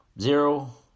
Zero